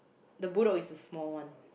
the bull dog is the small one